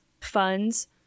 funds